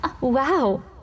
Wow